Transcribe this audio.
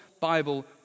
Bible